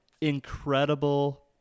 incredible